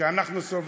שאנחנו סובלים.